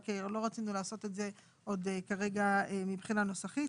רק לא רצינו לעשות את זה עוד כרגע מבחינה נוסחית.